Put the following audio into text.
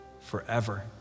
forever